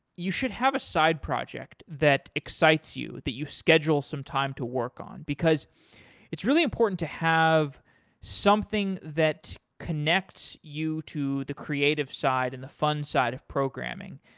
you should have a side project that excites you, that you schedule some time to work on, because it's really important to have something that connects you to the creative side and fun side of programming.